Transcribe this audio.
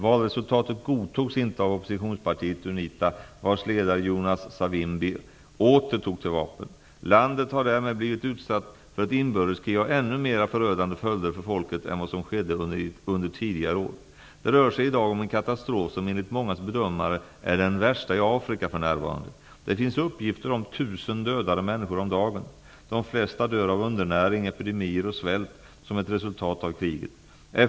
Valresultatet godtogs inte av oppositionspartiet Unita, vars ledare Jonas Savimbi åter tog till vapen. Landet har därmed blivit utsatt för ett inbördeskrig av ännu mera förödande följder för folket än vad som skedde under tidigare år. Det rör sig i dag om en katastrof som enligt många bedömare är den värsta i Afrika för närvarande. Det finns uppgifter om 1 000 dödade människor om dagen. De flesta dör av undernäring, epidemier och svält som ett resultat av kriget.